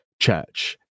church